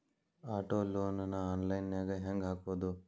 Auto loan ನ online ನ್ಯಾಗ್ ಹೆಂಗ್ ಹಾಕೊದು?